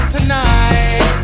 Tonight